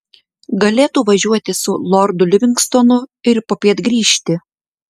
galėtų važiuoti su lordu livingstonu ir popiet grįžti